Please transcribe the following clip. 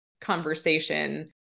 conversation